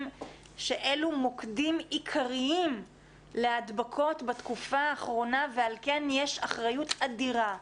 שאלו מוקדים עיקריים להדבקות בתקופה האחרונה ועל כן יש אחריות אדירה,